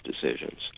decisions